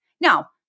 Now